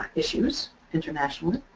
issues internationally.